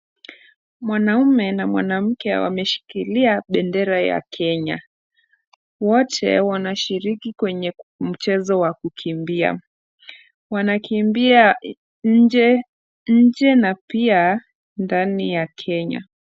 Mwanaume na mwanamke wameshikilia bendera ya Kenya. Wote wanashiriki kwenye mchezo wa kukimbia. Wanakimbia nje na pia ndani ya Kenya.